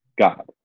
God